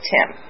Tim